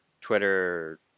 Twitter